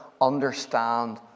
understand